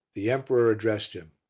the emperor addressed him